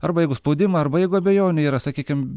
arba jeigu spaudimą arba jeigu abejonių yra sakykim